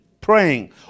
Praying